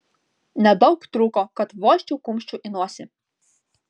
nedaug trūko kad vožčiau kumščiu į nosį